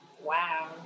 Wow